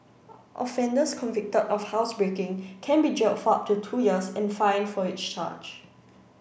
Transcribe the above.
offenders convicted of housebreaking can be jailed for up to two years and fined for each charge